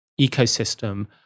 ecosystem